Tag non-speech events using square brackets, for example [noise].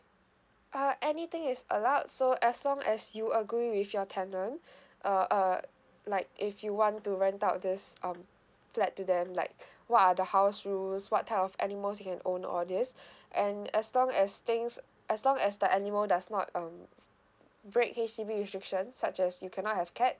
uh anything is allowed so as long as you agree with your tenant [breath] uh uh like if you want to rent out this um flat to them like what are the house rules what type of animals can own all this and as long as things as long as the animal does not um break H_D_B restrictions such as you cannot have cats